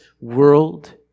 world